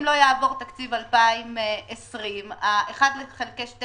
אם לא יעבור תקציב 2020, ה-1 חלקי 12